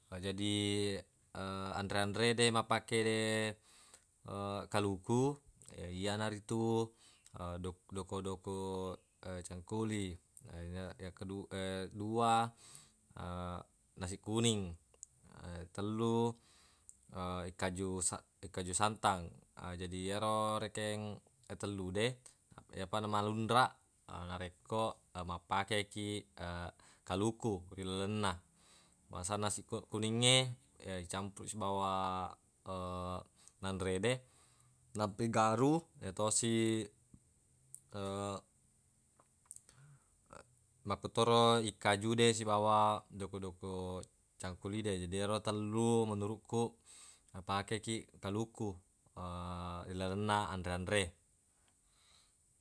Jadi anre-anre de mappakede kaluku iyanaritu dok- doko-doko cangkuli na- yang kedu- dua nasi kuning tellu ikkaju sa- ikkaju santang na jadi ero rekeng tellu de yepa namalunraq narekko mappakekiq kaluku ilalenna bangsana nasi kuningnge icampuru sibawa nanrede nappa igaru yatosi makkutoro ikkaju de sibawa doko-doko cangkuli de jadi yero tellu menuruq ku napakekiq kaluku ilalenna anre-anre